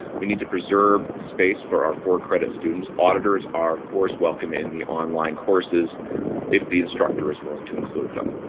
we need to preserve space for our fall credit students. auditors are, of course, welcome in the online courses if the instructor is willing to include them.